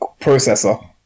processor